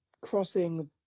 crossing